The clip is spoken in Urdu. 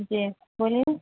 جی بولیے